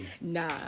Nah